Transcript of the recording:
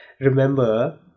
remember